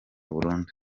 burundu